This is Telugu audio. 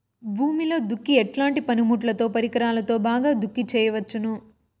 భూమిలో దుక్కి ఎట్లాంటి పనిముట్లుతో, పరికరాలతో బాగా దుక్కి చేయవచ్చున?